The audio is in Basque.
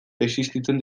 existitzen